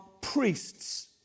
priests